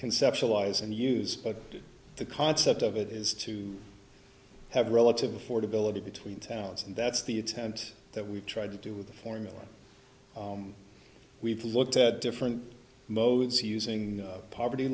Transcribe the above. conceptualize and use but the concept of it is to have relative affordability between towns and that's the extent that we've tried to do with the formula we've looked at different modes using poverty